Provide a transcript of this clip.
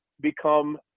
become